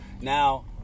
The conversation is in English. now